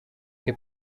che